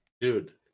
Dude